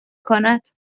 کند